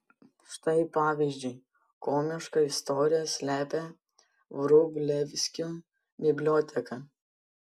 štai pavyzdžiui komišką istoriją slepia vrublevskių biblioteka